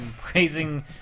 praising